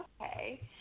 okay